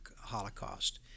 holocaust